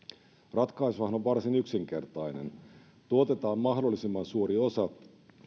ratkaisuhan on varsin yksinkertainen tuotetaan mahdollisimman suuri osa